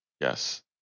Yes